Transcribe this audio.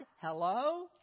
Hello